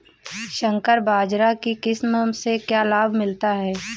संकर बाजरा की किस्म से क्या लाभ मिलता है?